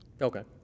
Okay